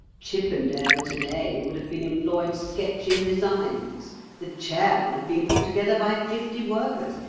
chippendale today would have been employed sketching designs the chair would have been put together by fifty workers,